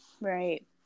right